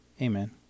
Amen